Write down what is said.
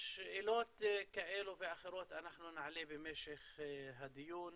שאלות כאלה ואחרות אנחנו נעלה במשך הדיון.